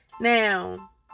now